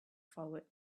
forward